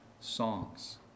songs